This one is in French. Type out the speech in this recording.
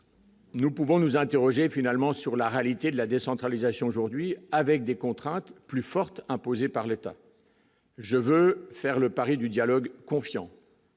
Nous pouvons nous interroger finalement sur la réalité de la décentralisation, aujourd'hui, avec des contraintes plus fortes imposées par l'État. Je veux faire le pari du dialogue confiant.